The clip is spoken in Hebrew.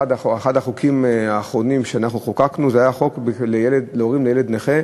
אחד החוקים האחרונים שאנחנו חוקקנו היה חוק לגבי הורים לילד נכה,